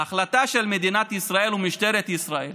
ההחלטה של מדינת ישראל ומשטרת ישראל